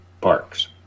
parks